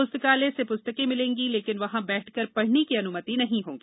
प्रस्तकालय से प्रस्तकें मिलेंगी लेकिन वहां बैठकर पढ़ने की अनुमति नहीं होगी